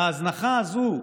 ההזנחה הזאת,